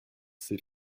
ses